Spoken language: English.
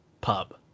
pub